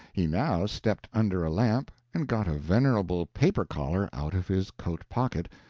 he now stepped under a lamp and got a venerable paper collar out of his coat pocket,